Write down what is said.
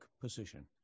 position